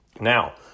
Now